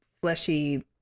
fleshy